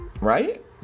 Right